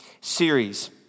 series